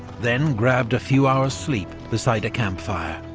then grabbed a few hours' sleep beside a camp fire.